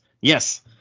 yes